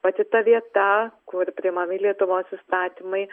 pati ta vieta kur priimami lietuvos įstatymai